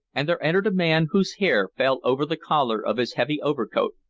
and there entered a man whose hair fell over the collar of his heavy overcoat,